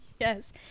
Yes